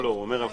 אז